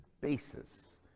basis